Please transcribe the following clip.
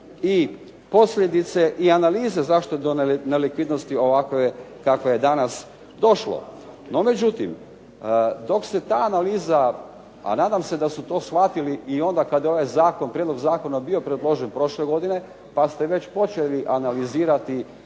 i posljedice i analize zašto do nelikvidnosti ovakve kakva je danas došlo. No međutim, dok se ta analiza, a nadam se da su to shvatili i onda kad je ovaj prijedlog zakona bio predložen prošle godine, pa ste već počeli analizirati